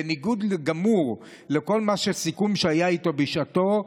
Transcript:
בניגוד גמור לכל הסיכום שהיה איתו בשעתו,